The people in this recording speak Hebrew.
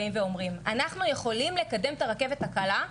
באים ואומרים: אנחנו יכולים לקדם את הרכבת הקלה,